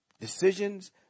decisions